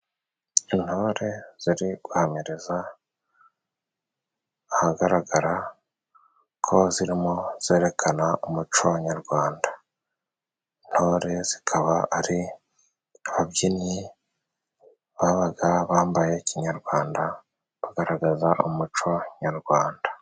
Intore ziri guhamiriza ahagaragara ko zirimo zerekana umuco nyarwanda, intore zikaba ari ababyinnyi babaga bambaye kinyarwanda, bagaragaza umuco nyarwanda.